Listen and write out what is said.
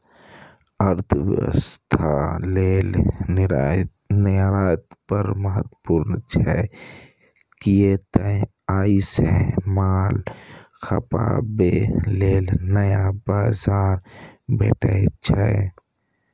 अर्थव्यवस्था लेल निर्यात बड़ महत्वपूर्ण छै, कियै तं ओइ सं माल खपाबे लेल नया बाजार भेटै छै